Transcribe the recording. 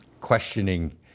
questioning